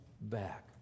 back